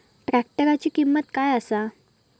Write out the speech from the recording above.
ट्रॅक्टराची किंमत काय आसा?